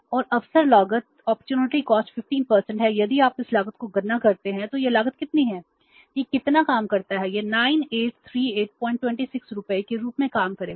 और अवसर लागत 15 है यदि आप इस लागत की गणना करते हैं तो यह लागत कितनी है यह कितना काम करता है यह 983826 रुपए के रूप में काम करेगा